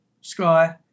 sky